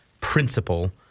principle